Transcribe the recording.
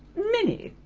many.